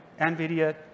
NVIDIA